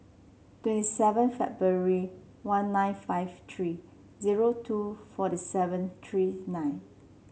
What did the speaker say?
twenty seven February one nine five three two forty seven three nine